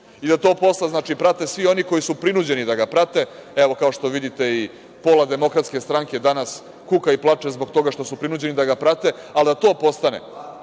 da to posle prate svi oni koji su prinuđeni da ga prate, evo kao što vidite, pola DS danas kuka i plače zbog toga što su prinuđeni da ga prate, ali da to postane